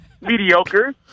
mediocre